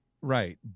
Right